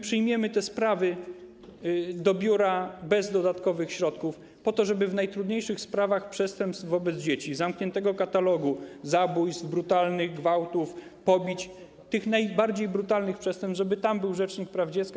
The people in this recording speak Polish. Przyjmiemy te sprawy do biura bez dodatkowych środków po to, żeby przy najtrudniejszych sprawach przestępstw wobec dzieci, z zamkniętego katalogu: zabójstw, brutalnych gwałtów, pobić, tych najbardziej brutalnych przestępstw, był rzecznik praw dziecka.